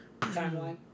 timeline